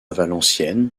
valenciennes